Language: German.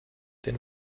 den